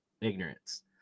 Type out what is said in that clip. ignorance